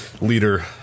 leader